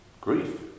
grief